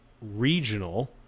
regional